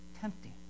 tempting